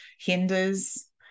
hinders